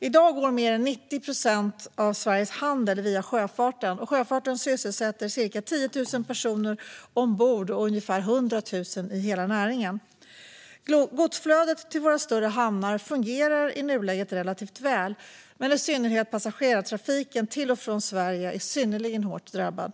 I dag går mer än 90 procent av Sveriges handel via sjöfarten, och sjöfarten sysselsätter ca 10 000 personer ombord och ungefär 100 000 i hela näringen. Godsflödet till våra större hamnar fungerar i nuläget relativt väl. Men i synnerhet passagerartrafiken till och från Sverige är synnerligen hårt drabbad.